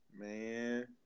Man